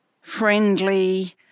friendly